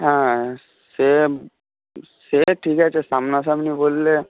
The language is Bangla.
হ্যাঁ সে সে ঠিক আছে সামনাসামনি বললে